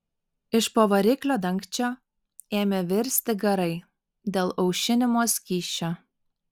iš po variklio dangčio ėmė virsti garai dėl aušinimo skysčio